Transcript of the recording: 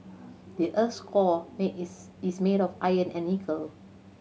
the earth's core is is made of iron and nickel